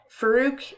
Farouk